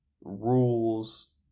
rules